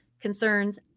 concerns